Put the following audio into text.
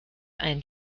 ein